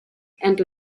and